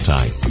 Time